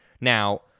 Now